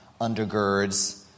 undergirds